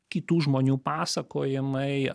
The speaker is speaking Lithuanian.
kitų žmonių pasakojimai